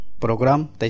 program